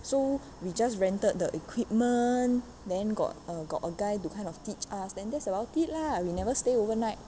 so we just rented the equipment then got uh got a guy to kind of teach us and then that's about it lah we never stay overnight